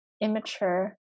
Immature